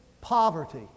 poverty